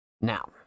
Now